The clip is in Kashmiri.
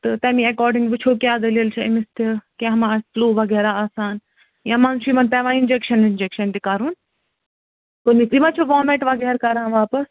تہٕ تَمے ایٚکارڈِنٛگ وُچھو کیٛاہ دلیٖل چھِ أمِس تہٕ کیٚنٛہہ ما آسہِ فٕلو وغیرہ آسان یا مَنٛز چھُ یمن پیٚوان اِنجیٚکشن ونجیٚکشن تہِ کَرُن کُنہ وزۍ یہِ ما چھ ووٚمیٚٹ وغیرہ کران واپس